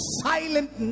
silent